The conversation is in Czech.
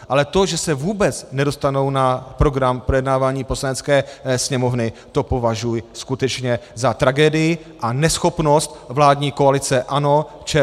Ale to, že se vůbec nedostanou na program projednávání Poslanecké sněmovny, to považuji skutečně za tragédii a neschopnost vládní koalice ANO, ČSSD a KDUČSL.